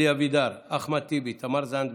אלי אבידר, אחמד טיבי, תמר זנדברג,